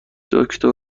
دکتر